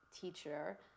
teacher